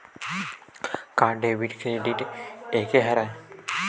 का debit credit एके हरय?